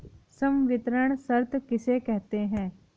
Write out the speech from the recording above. संवितरण शर्त किसे कहते हैं?